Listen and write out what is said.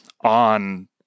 on